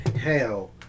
Hell